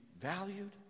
valued